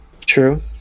true